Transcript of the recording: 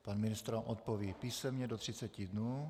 Pan ministr vám odpoví písemně do 30 dnů.